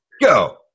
go